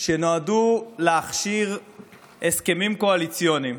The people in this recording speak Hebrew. שנועדו להכשיר הסכמים קואליציוניים,